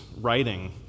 writing